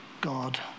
God